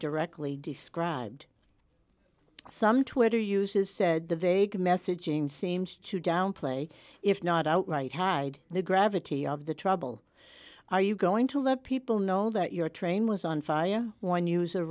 directly described some twitter uses said the vague messaging seemed to downplay if not outright hide the gravity of the trouble are you going to let people know that your train was on fire when user